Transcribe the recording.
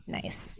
nice